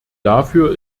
dafür